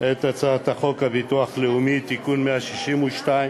את הצעת חוק הביטוח הלאומי (תיקון מס' 162),